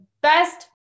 best